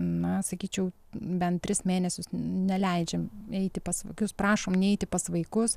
na sakyčiau bent tris mėnesius neleidžiam eiti pas vaikus prašom neiti pas vaikus